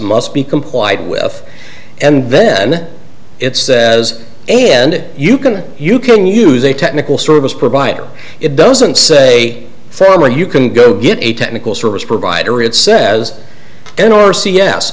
must be complied with and then it says and you can you can use a technical service provider it doesn't say thermal you can go get a technical service provider it says and or say yes